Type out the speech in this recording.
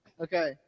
Okay